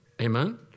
Amen